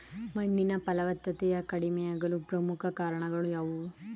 ಮಣ್ಣಿನ ಫಲವತ್ತತೆ ಕಡಿಮೆಯಾಗಲು ಪ್ರಮುಖ ಕಾರಣಗಳು ಯಾವುವು?